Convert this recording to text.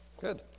Good